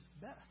best